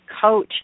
coach